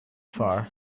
far